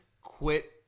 Quit